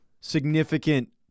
significant